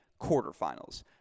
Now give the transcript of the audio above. quarterfinals